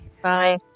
Bye